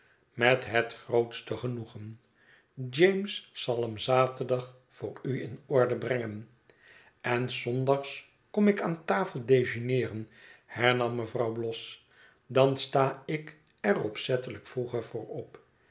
met het grootste genoegen james zal hem zaterdag voor u in orde brengen en s zondags kom ik aan tafel dejeuneeren hernam mevrouw bloss dan sta ik er opzettelijk vroeger voor op